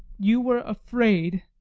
you were afraid,